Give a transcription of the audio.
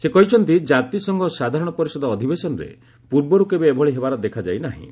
ସେ କହିଛନ୍ତି କାତିସଂଘ ସାଧାରଣ ପରିଷଦ ଅଧିବେଶନରେ ପୂର୍ବରୁ କେବେ ଏଭଳି ହେବାର ଦେଖାଯାଇ ନାହିଁ